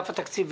התחייב